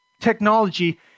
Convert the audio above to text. technology